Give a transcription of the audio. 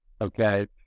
Okay